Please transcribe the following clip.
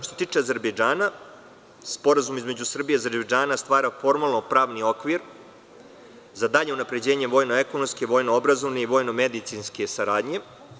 Što se tiče Azerbejdžana, Sporazum između Srbije i Azerbejdžana stvara formalno-pravni okvir za dalje unapređenje vojno-ekonomske, vojno-obrazovne i vojno-medicinske saradnje.